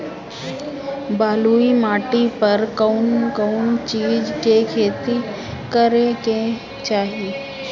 बलुई माटी पर कउन कउन चिज के खेती करे के चाही?